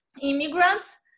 immigrants